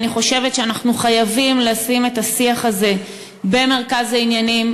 ואני חושבת שאנחנו חייבים לשים את השיח הזה במרכז העניינים